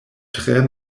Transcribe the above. tre